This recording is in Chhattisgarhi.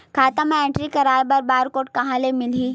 खाता म एंट्री कराय बर बार कोड कहां ले मिलही?